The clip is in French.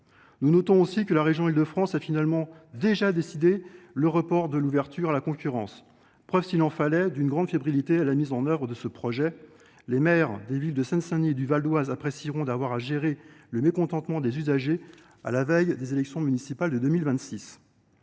Nous notons aussi que la région Île de France a déjà décidé le report de l’ouverture à la concurrence. C’est la preuve, s’il en fallait, d’une grande fébrilité à l’approche de la mise en œuvre de ce projet. Les maires des villes de Seine Saint Denis et du Val d’Oise apprécieront d’avoir à gérer le mécontentement des usagers à la veille des élections municipales de 2026…